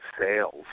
sales